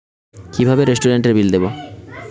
কিভাবে রেস্টুরেন্টের বিল দেবো?